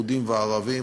יהודים וערבים,